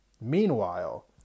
Meanwhile